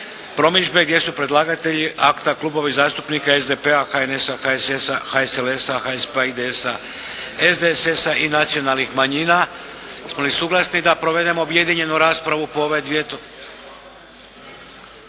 promidžbe, predlagatelji klubova zastupnika SDP-a, HNS-a, HSS-a, HSLS-a, HSP-a, IDS-a, SDSS-a i Nacionalnih manjina Jesmo li suglasni da provedemo objedinjenu raspravu po ove dvije